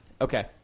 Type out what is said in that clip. Okay